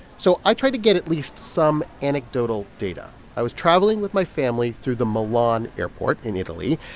so i tried to get at least some anecdotal data. i was traveling with my family through the milan airport in italy,